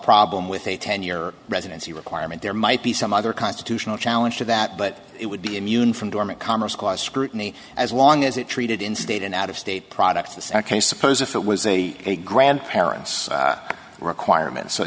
problem with a ten year residency requirement there might be some other constitutional challenge to that but it would be immune from dormant commerce clause scrutiny as long as it treated in state and out of state products the second suppose if it was a grandparent's requirement so